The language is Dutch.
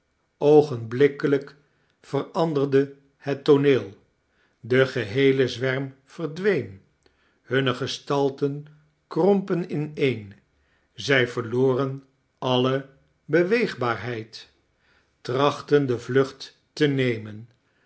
veranderde het tooneel de geheele zwerm verdween hunne gestalten krompen ineen zij verloren alle beweegbaarheid traehtten de vluoht te nemen